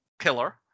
killer